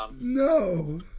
no